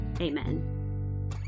amen